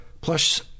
Plus